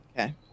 okay